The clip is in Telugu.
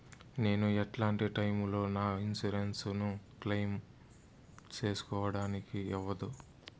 నేను ఎట్లాంటి టైములో నా ఇన్సూరెన్సు ను క్లెయిమ్ సేసుకోవడానికి అవ్వదు?